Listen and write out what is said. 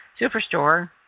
Superstore